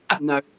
No